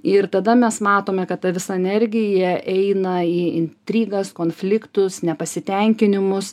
ir tada mes matome kad ta visa energija eina į intrigas konfliktus nepasitenkinimus